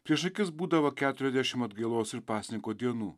prieš akis būdavo keturiasdešim atgailos ir pasninko dienų